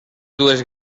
dues